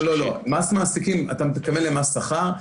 אתה מתכוון למס שכר.